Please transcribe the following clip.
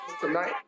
tonight